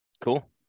cool